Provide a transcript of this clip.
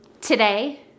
today